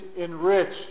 enriched